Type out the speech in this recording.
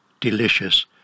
Delicious